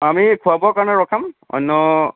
আমি খোৱা বোৱাৰ কাৰণে ৰখাম অন্য়